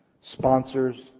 sponsors